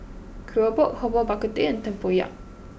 Keropok Herbal Bak Ku Teh and Tempoyak